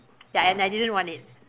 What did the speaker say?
ya and I didn't want it